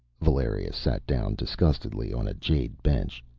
valeria sat down disgustedly on a jade bench.